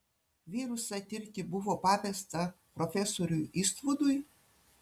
virusą tirti buvo pavesta profesoriui istvudui